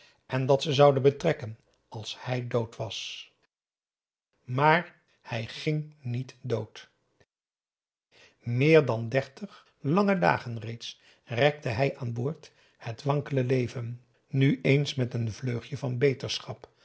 en dat ze zouden betrekken als hij dood was maar hij ging niet dood meer dan dertig lange dagen reeds rekte hij aan boord het wankele leven nu eens met een vleugje van beterschap